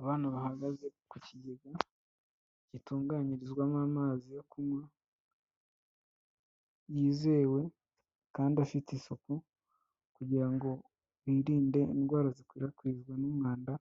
Abana bahagaze ku kigega, gitunganyirizwamo amazi yo kunywa, yizewe kandi afite isuku kugira ngo birinde indwara zikwirakwizwa n'umwanda